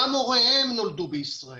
גם הוריהם נולדו בישראל,